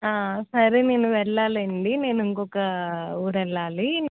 ఆ సరే నేను వెళ్ళాలండీ నేను ఇంకొక ఊరు వెళ్ళాలి